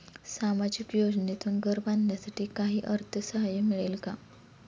सामाजिक योजनेतून घर बांधण्यासाठी काही अर्थसहाय्य मिळेल का?